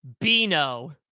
bino